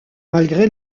malgré